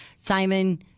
Simon